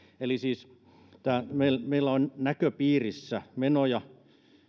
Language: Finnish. eli siis meillä on näköpiirissä menoja